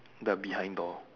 the behind door